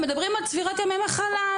הם מדברים על צבירת ימי מחלה,